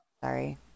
Sorry